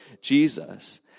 Jesus